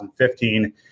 2015